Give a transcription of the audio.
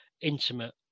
intimate